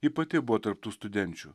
ji pati buvo tarp tų studenčių